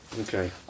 Okay